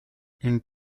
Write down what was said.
une